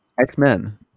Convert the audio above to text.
X-Men